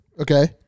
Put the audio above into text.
Okay